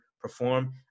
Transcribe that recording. perform